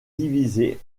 divisé